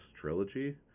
trilogy